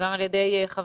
וגם על ידי חברתי,